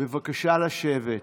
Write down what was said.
בבקשה לשבת.